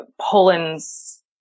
Poland's